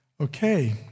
okay